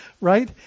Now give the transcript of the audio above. right